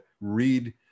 read